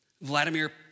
Vladimir